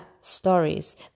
stories